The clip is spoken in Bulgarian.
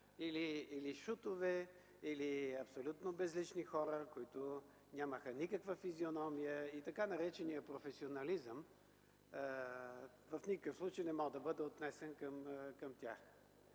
или шутове, или абсолютно безлични хора, които нямаха никаква физиономия и така нареченият професионализъм в никакъв случай не може да бъде отнесен към тях.